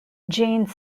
jane